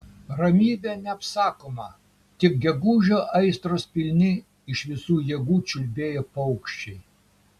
ramybė neapsakoma tik gegužio aistros pilni iš visų jėgų čiulbėjo paukščiai